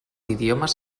idiomes